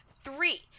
Three